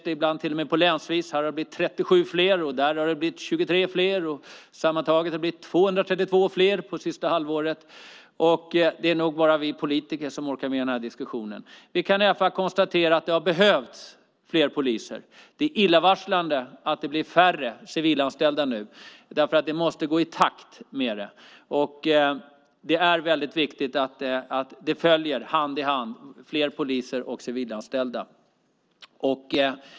Det sägs till och med på länsnivå ibland: Här har vi 37 fler, och där har det blivit 23 fler, sammantaget 232 fler på senaste halvåret. Det är nog bara vi politiker som orkar med den diskussionen. Vi kan i alla fall konstatera att det har behövts fler poliser. Det är illavarslande att det blir färre civilanställda. De måste öka i takt med antalet poliser. Det är viktigt att dessa går hand i hand - fler poliser och fler civilanställda.